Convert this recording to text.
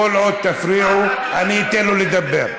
כל עוד תפריעו אני אתן לו לדבר.